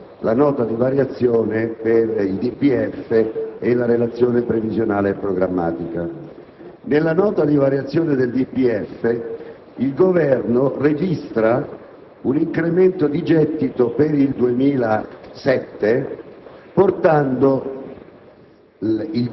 ieri pomeriggio è pervenuta la Nota di aggiornamento al DPEF e la Relazione previsionale e programmatica. Nella Nota di aggiornamento al DPEF il Governo registra un incremento di gettito per il 2007,